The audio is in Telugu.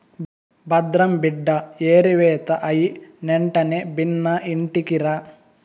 భద్రం బిడ్డా ఏరివేత అయినెంటనే బిన్నా ఇంటికిరా